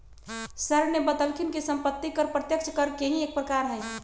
sir ने बतल खिन कि सम्पत्ति कर प्रत्यक्ष कर के ही एक प्रकार हई